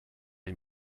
ihm